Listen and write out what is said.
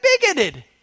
bigoted